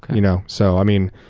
you know so i mean,